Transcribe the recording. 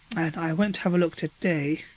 and i went to have a look today.